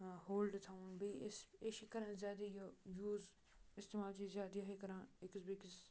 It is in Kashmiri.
ہولڈٕ تھاوُن بیٚیہِ أسۍ أسۍ چھِ کَران زیادٕ یہِ یوٗز استعمال چھِ أسۍ زیادٕ یِہٕے کَران أکِس بیٚکِس